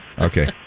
Okay